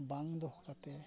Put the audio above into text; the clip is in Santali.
ᱵᱟᱝ ᱫᱚᱦᱚ ᱠᱟᱛᱮ